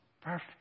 perfect